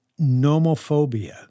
Nomophobia